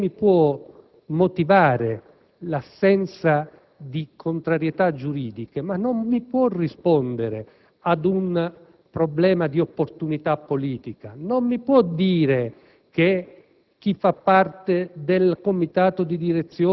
del discorso è diverso. Lei mi può motivare l'assenza di contrarietà giuridiche, ma non può soddisfare un'esigenza di opportunità politica: non mi può dire che